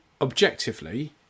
objectively